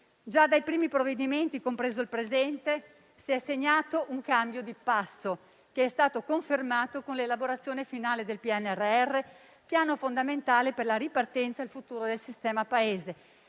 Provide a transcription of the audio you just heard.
Già dai primi provvedimenti, compreso il presente, si è segnato un cambio di passo che è stato confermato con l'elaborazione finale del PNRR, piano fondamentale per la ripartenza e il futuro del sistema Paese,